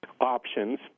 options